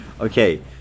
Okay